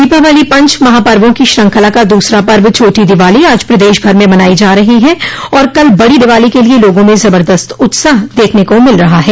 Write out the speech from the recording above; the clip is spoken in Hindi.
दीपावली पंच महापर्वो की श्रृंखला का दूसरा पर्व छोटी दिवाली आज प्रदेश भर में मनाई जा रही है और कल बड़ी दिवाली के लिये लोगों में जबरदस्त उत्साह देखने को मिल रहा है